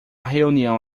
reunião